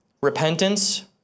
Repentance